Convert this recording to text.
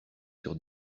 sur